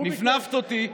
נפנפת אותי.